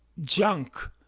junk